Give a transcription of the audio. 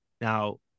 Now